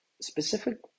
specific